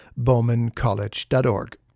bowmancollege.org